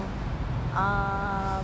!wow! uh